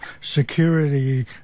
security